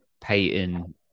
peyton